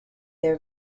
their